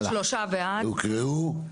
ההסתייגויות שהוקראו?